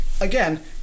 Again